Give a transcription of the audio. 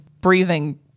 breathing